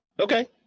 Okay